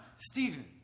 Stephen